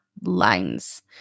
lines